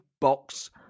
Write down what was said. box